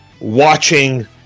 watching